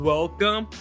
Welcome